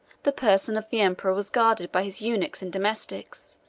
the person of the emperor was guarded by his eunuchs and domestics,